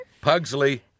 Pugsley